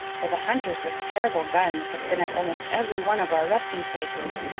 for the hunters with terrible guns have been at almost every one of our resting places,